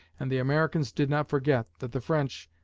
and the americans did not forget that the french,